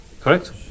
correct